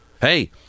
hey